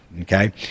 okay